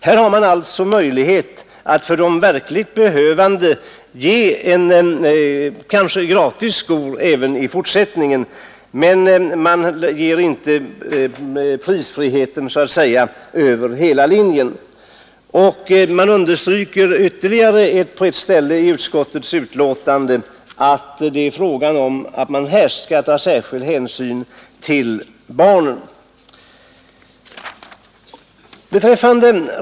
Här har man alltså möjlighet att för de verkligt behövande ge gratis skor även i fortsättningen, men man ger inte skor gratis så att säga över hela linjen. Man understryker ytterligare på ett ställe i utskottets betänkande att det är frågan om att man här skall ta särskild hänsyn till barnen.